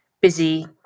busy